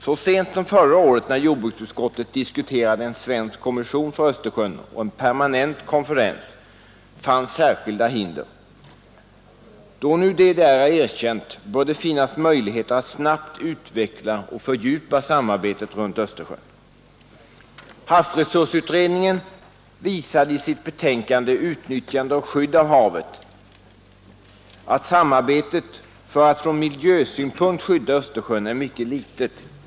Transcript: Så sent som förra året, när jordbruksutskottet diskuterade en svensk kommission för Östersjön och en permanent konferens, fanns särskilda hinder. Då nu DDR är erkänt, bör det finnas möjligheter att snabbt utveckla och fördjupa samarbetet runt Östersjön. Havsresursutredningen visade i sitt betänkande Utnyttjande och skydd av havet att samarbetet för att från miljösynpunkt skydda Östersjön är mycket litet.